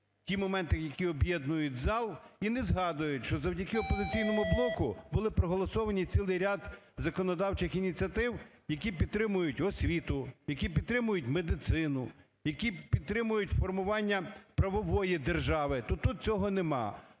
ті моменти, які об'єднують зал і не згадують, що завдяки "Опозиційному блоку" було проголосовано цілий ряд законодавчих ініціатив, які підтримують освіту, які підтримують медицину, які підтримують формування правової держави, то тут цього немає.